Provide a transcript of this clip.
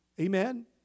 Amen